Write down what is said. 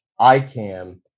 ICAM